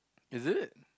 is it